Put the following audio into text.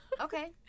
Okay